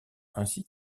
ainsi